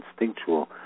instinctual